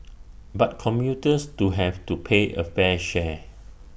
but commuters to have to pay A fair share